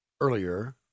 earlier